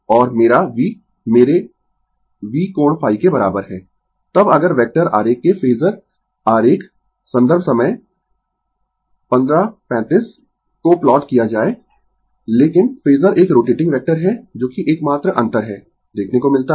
और मेरा v मेरे V कोण ϕ के बराबर है तब अगर वेक्टर आरेख के फेजर आरेख संदर्भ समय 1535 को प्लॉट किया जाय लेकिन फेजर एक रोटेटिंग वेक्टर है जो कि एकमात्र अंतर है देखने को मिलता है